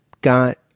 got